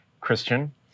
Christian